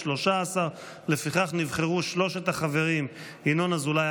13. לפיכך נבחרו שלושת החברים ינון אזולאי,